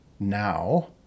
now